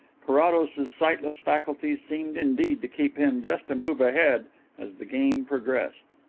carrados's sightless faculties seemed indeed to keep him just a move ahead as the game progressed.